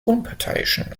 unparteiischen